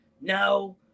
No